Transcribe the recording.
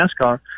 NASCAR